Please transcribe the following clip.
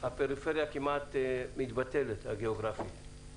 שהפריפריה הגיאוגרפית כמעט מתבטלת עם